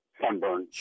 sunburn